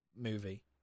movie